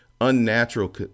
unnatural